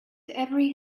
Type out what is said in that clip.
every